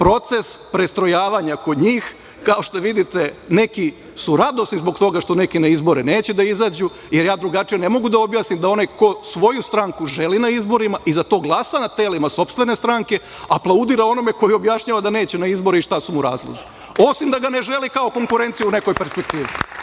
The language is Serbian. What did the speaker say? proces prestrojavanja kod njih. Kao što vidite, neki su radosni zbog toga što nekih na izbore neće da izađu, jer, ja drugačije ne mogu da objasnim da onaj koji svoju stranku želi na izborima i za to glasa na telima sopstvene stranke, aplaudira onome koji objašnjava da neće na izbore i šta su mu razlozi, osim da ga ne želi ka konkurenciju u nekoj perspektivi.